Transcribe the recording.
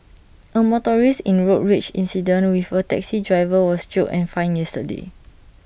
A motorist in A road rage incident with A taxi driver was jailed and fined yesterday